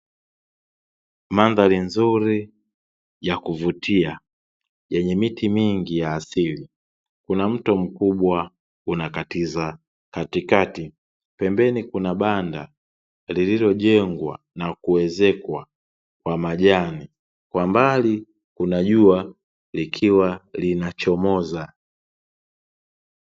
Mandhari nzuri ya kuvutia yenye miti mingi ya asili, kuna mto mkubwa unakatiza katikati, pembeni kuna banda lililojengwa na kuwezekwa kwa majani, kwa mbali kuna jua likiwa linachomoza.